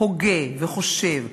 הוגה וחושב,